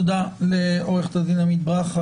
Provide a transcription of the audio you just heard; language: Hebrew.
תודה לעו"ד ברכה.